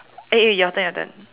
eh eh your turn your turn